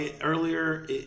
earlier